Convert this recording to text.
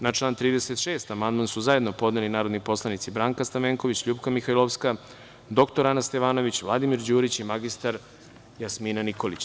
Na član 36. amandman su zajedno podneli narodni poslanici Branka Stamenković, LJupka Mihajlovska, dr Ana Stevanović, Vladimir Đurić i mr Jasmina Nikolić.